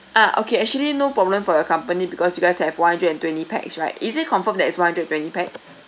ah okay actually no problem for your company because you guys have one hundred and twenty pax right is it confirmed that it's one hundred and twenty pax